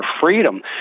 freedom